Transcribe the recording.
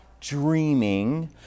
dreaming